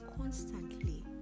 constantly